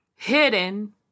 Hidden